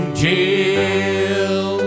jail